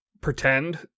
Pretend